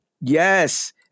Yes